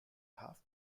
half